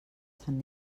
sant